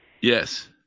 Yes